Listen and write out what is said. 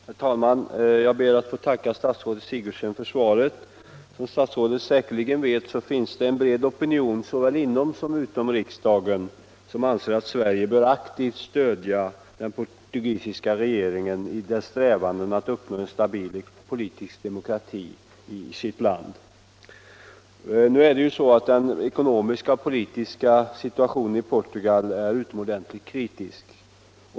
Herr talman! Jag ber att få tacka statsrådet Sigurdsen för svaret. Som statsrådet säkerligen vet finns det en bred opinion såväl inom som utom riksdagen som anser att Sverige bör aktivt stödja den portugisiska regeringen i dess strävan att uppnå en stabil politisk demokrati i landet. Nu är ju den ekonomiska och politiska situationen i Portugal utomordentligt kritisk.